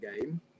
game